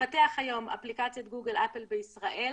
לפתח היום אפליקציית גוגל-אפל מרכזית בישראל